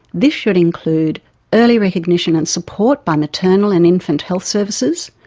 this should include early recognition and support by maternal and infant health services,